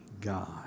God